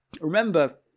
remember